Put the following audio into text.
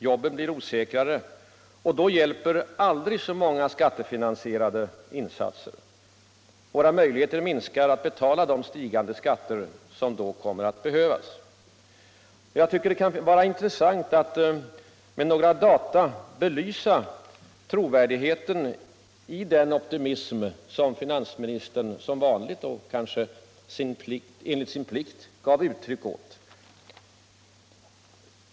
Jobben blir osäkrare. Då hjälper inte aldrig så många skattefinansierade insatser. Våra möjligheter minskar att betala de stigande skatter som då kommer att behövas. Jag tycker det kan vara intressant att med några data belysa trovärdigheten i den optimism som finansministern som vanligt och kanske sin plikt likmätigt gav uttryck åt.